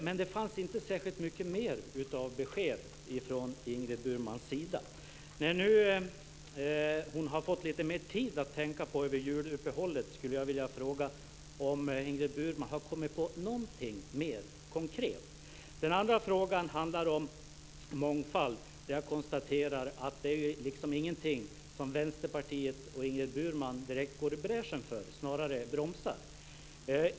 Men det fanns inte särskilt mycket mer av besked från När hon nu har haft lite mer tid att tänka under juluppehållet skulle jag vilja fråga om Ingrid Burman har kommit på någonting mer konkret. Min andra fråga handlar om mångfald. Jag konstaterar att det ju inte är något som Vänsterpartiet och Ingrid Burman direkt går i bräschen för, snarare bromsar man.